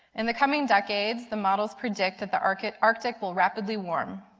in the coming decades, the models predict that the arctic arctic will rapidly warm.